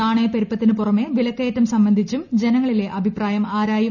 നാണയപ്പെരുപ്പത്തിന് പുറമെ വിലക്കയറ്റം സംബന്ധിച്ചും ജനങ്ങളിലെ അഭിപ്രായം ആരായും